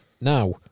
Now